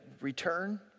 return